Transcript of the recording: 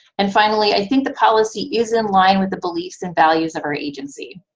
and finally i think the policy is in line with the beliefs and values of our agency,